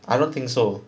I don't think so